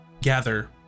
gather